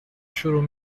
شروع